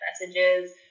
messages